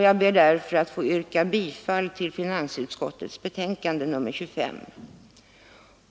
Jag ber därför att få yrka bifall till finansutskottets hemställan i dess betänkande nr 25.